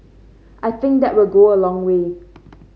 I think that will go a long way